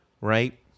right